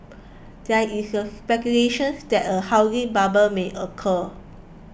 there is a speculation that a housing bubble may occur